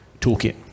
toolkit